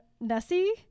Nessie